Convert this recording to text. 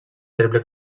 triple